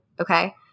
Okay